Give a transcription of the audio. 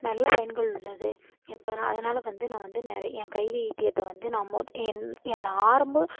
நல்ல பயன்கள் உள்ளது இப்போ நான் அதனால் வந்து நான் வந்து நான் நெறைய என் கைவைத்தியத்தை வந்து நான் மொதோ என் என் ஆரம்ப